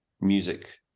music